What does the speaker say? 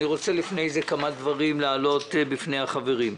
אני רוצה לפני כן להעלות כמה דברים בפני החברים.